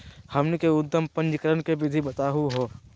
हमनी के उद्यम पंजीकरण के विधि बताही हो?